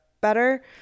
better